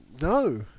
No